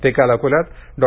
ते काल अकोल्यात डॉ